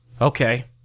Okay